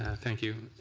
and thank you.